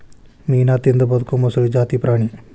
ಮೇನಾ ತಿಂದ ಬದಕು ಮೊಸಳಿ ಜಾತಿ ಪ್ರಾಣಿ